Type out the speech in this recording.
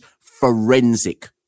forensic